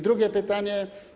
Drugie pytanie.